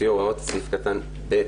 לפי הוראות סעיף (ב)